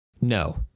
No